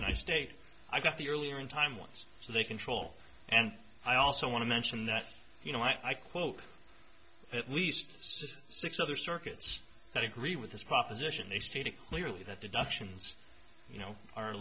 state i got the earlier in time once so they control and i also want to mention that you know i quote at least six other circuits that agree with this proposition they stated clearly that deductions you know are